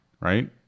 right